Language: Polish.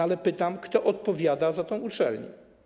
Ale pytam: Kto odpowiada za tę uczelnię?